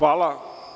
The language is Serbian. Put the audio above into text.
Hvala.